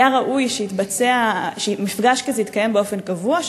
היה ראוי שמפגש כזה יתקיים באופן קבוע,